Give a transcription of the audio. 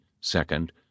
second